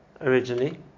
originally